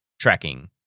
tracking